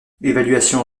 évaluation